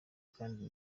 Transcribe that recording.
kandi